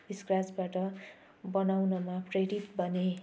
स्क्राचबाट बनाउनमा प्रेरित बनेँ